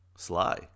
Sly